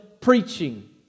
preaching